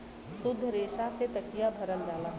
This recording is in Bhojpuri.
सुद्ध रेसा से तकिया भरल जाला